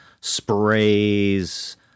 sprays